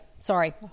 Sorry